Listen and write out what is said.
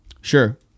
Sure